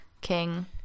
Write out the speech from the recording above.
king